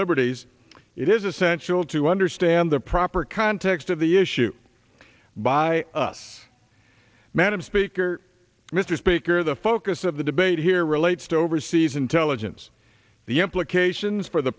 liberties it is essential to understand the proper context of the issue by us madam speaker mr speaker the focus of the debate here relates to overseas intelligence the implications for the